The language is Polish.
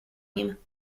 nim